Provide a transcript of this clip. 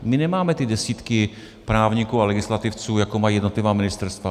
My nemáme ty desítky právníků a legislativců, jako mají jednotlivá ministerstva.